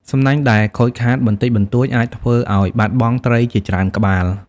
សំណាញ់ដែលខូចខាតបន្តិចបន្តួចអាចធ្វើឲ្យបាត់បង់ត្រីជាច្រើនក្បាល។